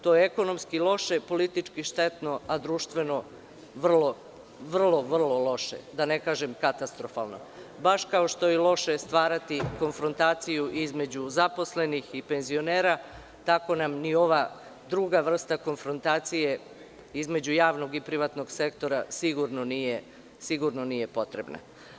To je ekonomski loše, politički štetno, a društveno vrlo, vrlo loše, da ne kažem katastrofalno, baš kao što je i loše stvarati konfrontaciju između zaposlenih i penzionera, tako nam ni ova druga vrsta konfrontacije između javnog i privatnog sektora sigurno nije potrebna.